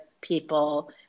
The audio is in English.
people